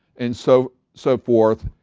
and so so forth,